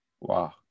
Wow